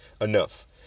enough